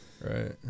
Right